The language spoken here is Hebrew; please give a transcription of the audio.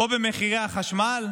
או במחירי החשמל,